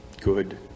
good